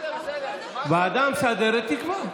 הוועדה המסדרת תקבע.